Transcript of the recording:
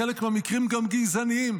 בחלק מהמקרים גם גזעניים.